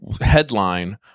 headline